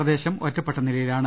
പ്രദേശം ഒറ്റപ്പെട്ട നിലയിലാണ്